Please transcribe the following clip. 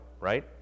right